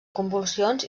convulsions